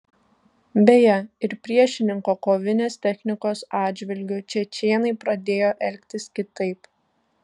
beje ir priešininko kovinės technikos atžvilgiu čečėnai pradėjo elgtis kitaip